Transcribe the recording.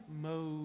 mode